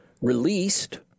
released